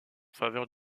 faveur